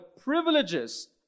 privileges